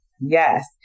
Yes